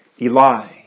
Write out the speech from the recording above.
Eli